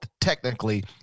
technically